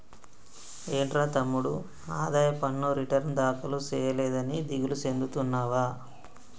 ఏంట్రా తమ్ముడు ఆదాయ పన్ను రిటర్న్ దాఖలు సేయలేదని దిగులు సెందుతున్నావా